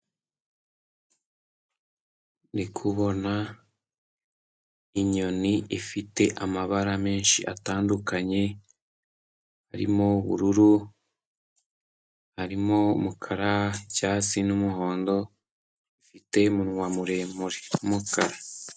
Ndikubona inyoni ifite amabara menshi atandukanye, arimo ubururu, harimo umukara, icyatsi n'umuhondo ifite umunwa muremure w'umukara.